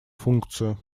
функцию